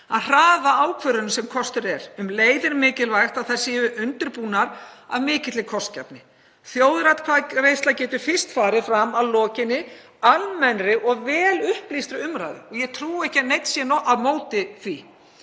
til þess að hraða ákvörðunum svo sem kostur er. Um leið er mikilvægt að þær séu undirbúnar af mikilli kostgæfni. Þjóðaratkvæðagreiðsla getur fyrst farið fram að lokinni almennri og vel upplýstri umræðu. Og ég trúi ekki að neinn sé á móti því.